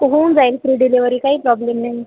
होऊन जाईल free delivery काही प्रॉब्लेम नाही